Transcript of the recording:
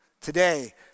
today